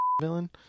villain